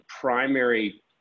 primary